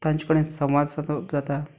तांचे कडेन संवाद सादप जाता